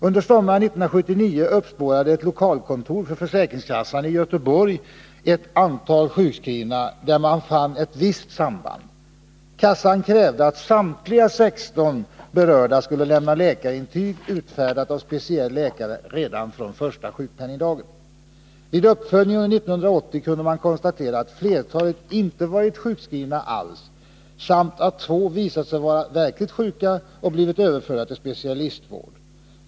Under sommaren 1979 uppspårade ett lokalkontor för försäkringskassan i Göteborg ett antal sjukskrivna, där man fann ett visst samband. Kassan krävde, att samtliga 16 berörda skulle lämna läkarintyg utfärdat av speciell läkare redan från första sjukpenningdagen. Vid uppföljning under 1980 kunde man konstatera, att flertalet inte varit skjukskrivna alls samt att två visat sig vara sjuka och blivit överförda till specialistvård.